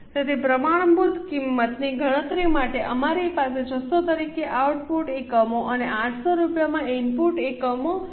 તેથી પ્રમાણભૂત કિંમતની ગણતરી માટે અમારી પાસે 600 તરીકે આઉટપુટ એકમો અને 8 રૂપિયામાં ઇનપુટ એકમો 780 છે